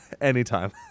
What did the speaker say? anytime